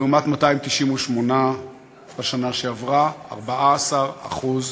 לעומת 298 בשנה שעברה, 14% יותר.